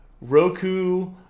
Roku